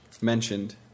mentioned